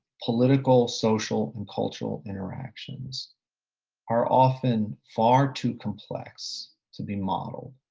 political, social and cultural interactions are often far too complex to be modeled.